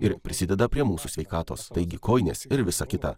ir prisideda prie mūsų sveikatos taigi kojinės ir visa kita